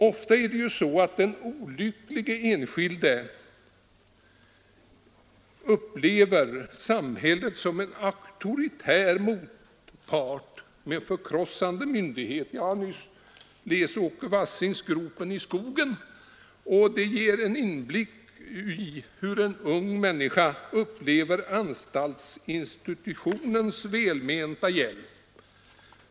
Ofta upplever den olycklige enskilde samhället som en auktoritär motpart med förkrossande myndighet. Jag har nyss läst Åke Wassings Gropen i skogen, som ger en inblick i hur en ung människa upplever anstaltsinstitutionens välmenta hjälp.